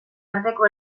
arteko